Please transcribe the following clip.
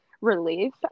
relief